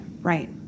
Right